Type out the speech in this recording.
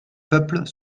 peuples